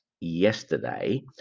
yesterday